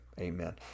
Amen